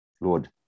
Lord